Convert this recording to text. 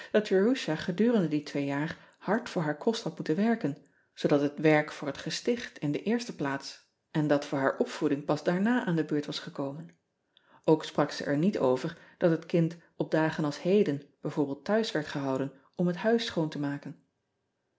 erusha gedurende die twee jaar hard voor haar kost had moeten werken zoodat het werk voor het gesticht in de eerste plaats en dat voor haar opvoeding pas daarna aan de beurt was gekomen ok sprak ze er niet over dat het kind op dagen als heden b v thuis werd gehouden om het huis schoon te maken